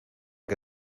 que